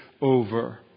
over